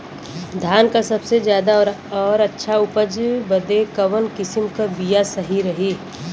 धान क सबसे ज्यादा और अच्छा उपज बदे कवन किसीम क बिया सही रही?